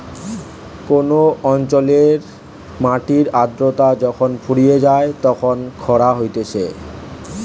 কোন অঞ্চলের মাটির আদ্রতা যখন ফুরিয়ে যায় তখন খরা হতিছে